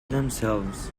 themselves